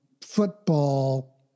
football